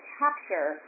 capture